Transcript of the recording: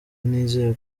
nizeye